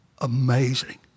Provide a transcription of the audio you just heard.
Amazing